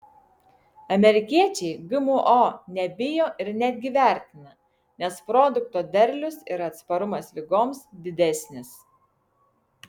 amerikiečiai gmo nebijo ir netgi vertina nes produkto derlius ir atsparumas ligoms didesnis